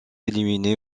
éliminé